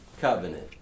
covenant